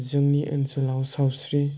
जोंनि ओनसोलाव सावस्रि